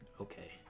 Okay